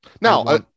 Now